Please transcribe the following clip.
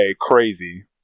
Crazy